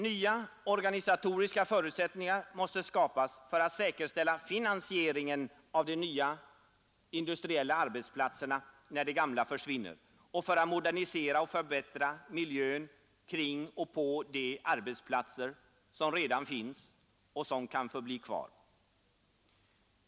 Nya organisatoriska förutsättningar måste skapas för att säkerställa finansieringen av de nya industriella arbetsplatserna, när de gamla försvinner, och för att modernisera och förbättra miljön kring och på de arbetsplatser som redan finns och kan få bli kvar.